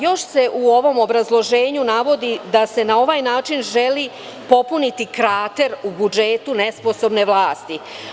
Još se u ovom obrazloženju navodi da se na ovaj način želi popuniti krater u budžetu nesposobne vlasti.